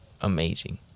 amazing